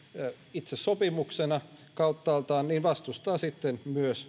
itse sopimuksena kauttaaltaan niin vastustaa sitten myös